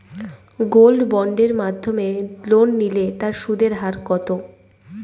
Gold বন্ডের মাধ্যমে loan নিলে তার সুদের হার কত?